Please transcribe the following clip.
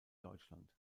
deutschland